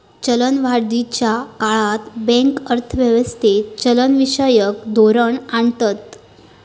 चलनवाढीच्या काळात बँक अर्थ व्यवस्थेत चलनविषयक धोरण आणतत